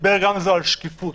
על שקיפות,